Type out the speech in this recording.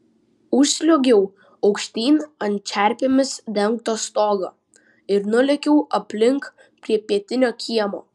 užsliuogiau aukštyn ant čerpėmis dengto stogo ir nulėkiau aplink prie pietinio kiemo